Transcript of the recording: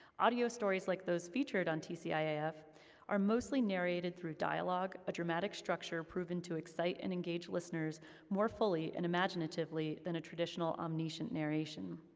audio stories like those featured on tciaf are mostly narrated through dialogue, a dramatic structure proven to excite and engage listeners more fully and imaginatively than a traditional omniscient narration.